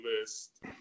list